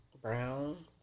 Brown